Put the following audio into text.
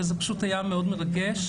וזה פשוט היה מאוד מרגש.